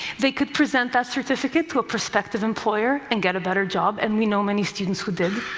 they could present that certificate to a prospective employer and get a better job, and we know many students who did.